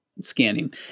scanning